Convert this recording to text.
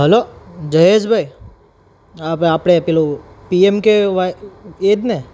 hello Jayeshbhai આ આપણે પેલું પીએમકેવાય એ જ ને